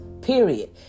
period